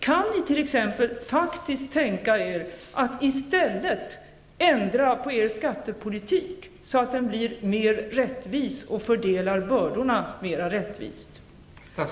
Kan ni t.ex. faktiskt tänka er att i stället ändra på er skattepolitik, så att den fördelar bördorna mera rättvist?